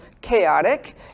chaotic